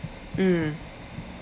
mm